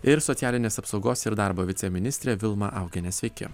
ir socialinės apsaugos ir darbo viceministrė vilma augienė sveiki